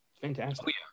fantastic